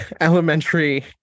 elementary